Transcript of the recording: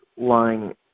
lying